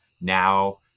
now